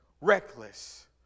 reckless